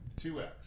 2X